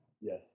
Yes